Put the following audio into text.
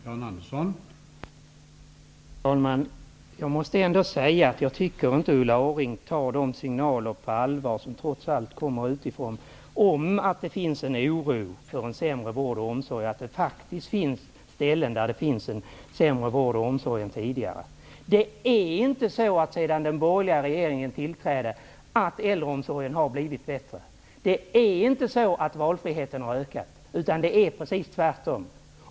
Herr talman! Jag måste ändå säga att jag inte tycker att Ulla Orring tar signalerna om att det finns en oro för sämre vård och omsorg och att det faktiskt finns ställen med sämre vård och omsorg än tidigare på allvar. Det är inte så att äldreomsorgen har blivit bättre sedan den borgerliga regeringen tillträdde. Det är inte så att valfriheten har ökat, utan det är precis tvärtom.